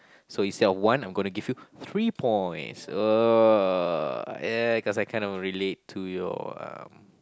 so instead of one I'm gonna give you three points !whoa! yeah cause I kinda relate to your um